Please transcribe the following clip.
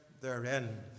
therein